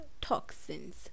toxins